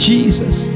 Jesus